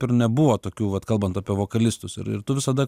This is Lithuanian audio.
ir nebuvo tokių vat kalbant apie vokalistus ir ir tu visada